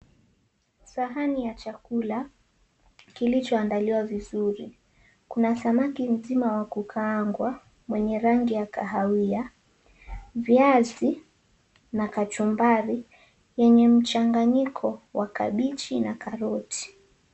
Sahani ya chakula kilichoandaliwa vizuri, kuna samaki mzima wa kukaangwa mwenye rangi ya kahawia, viazi na kachumbari wenye mchanganyiko wa kabichi na karoti.